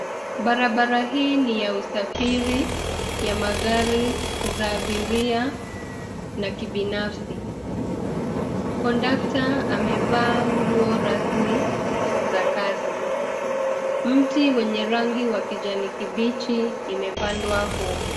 Barabara hii ni ya usafiri ya magari za abiria na kibinafsi. Kondakta amevaa nguo rasmi za kazi. Mti wenye rangi ya kijani kibichi imepandwa humu.